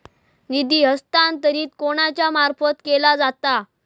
निधी हस्तांतरण कोणाच्या मार्फत केला जाता?